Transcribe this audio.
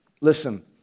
Listen